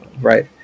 Right